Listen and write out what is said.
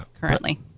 Currently